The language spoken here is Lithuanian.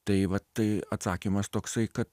tai va tai atsakymas toksai kad